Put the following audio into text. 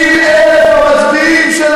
אני אגלה לכם משהו, אתה לא מתבייש?